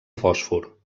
fòsfor